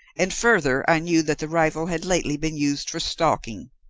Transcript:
and, further, i knew that the rifle had lately been used for stalking.